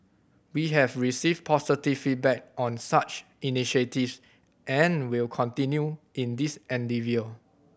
we have received positive feedback on such initiative and will continue in this endeavour